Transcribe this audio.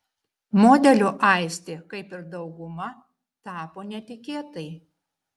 modeliu aistė kaip ir dauguma tapo netikėtai